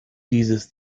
dieses